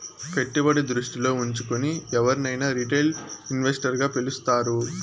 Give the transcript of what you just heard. పెట్టుబడి దృష్టిలో ఉంచుకుని ఎవరినైనా రిటైల్ ఇన్వెస్టర్ గా పిలుస్తారు